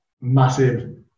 massive